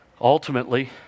Ultimately